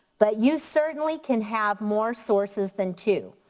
but you certainly can have more sources than two.